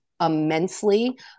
immensely